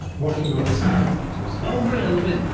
working on this plant actually. so oh really, on the mint?